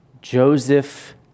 Joseph